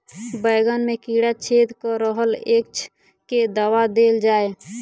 बैंगन मे कीड़ा छेद कऽ रहल एछ केँ दवा देल जाएँ?